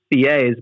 CAs